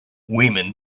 women